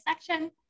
Section